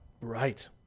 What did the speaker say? Right